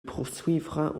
poursuivra